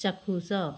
ଚାକ୍ଷୁଷ